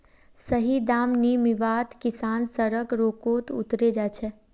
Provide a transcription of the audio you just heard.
सही दाम नी मीवात किसान सड़क रोकोत उतरे जा छे